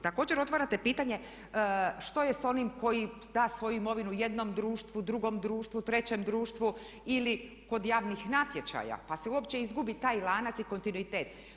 Također otvarate pitanje što je sa onim koji da svoju imovinu jednom društvu, drugom društvu, trećem društvu ili kod javnih natječaja pa se uopće izgubi taj lanac i kontinuitet.